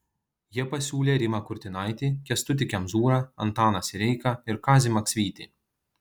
jie pasiūlė rimą kurtinaitį kęstutį kemzūrą antaną sireiką ir kazį maksvytį